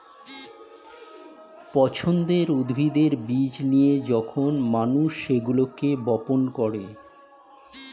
পছন্দের উদ্ভিদের বীজ নিয়ে যখন মানুষ সেগুলোকে বপন করে